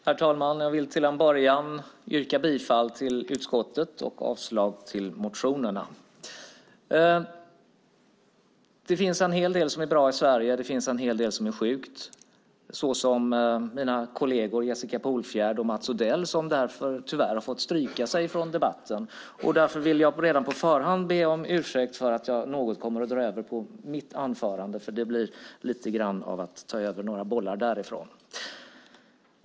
Herr talman! Jag vill till att börja med yrka bifall till utskottets förslag och avslag på motionerna. Det finns en hel del som är bra i Sverige. Det finns en hel del som är sjukt, till exempel mina kolleger Jessica Polfjärd och Mats Odell som därför tyvärr har fått stryka sig från debatten. Därför vill jag redan på förhand be om ursäkt för att jag något kommer att dra över min anmälda talartid för mitt anförande, för det blir lite grann att ta över några bollar från dem.